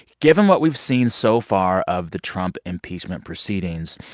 given what we've seen so far of the trump impeachment proceedings,